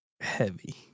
heavy